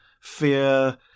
fear